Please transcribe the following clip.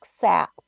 sap